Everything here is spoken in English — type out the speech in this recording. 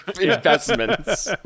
investments